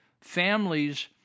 families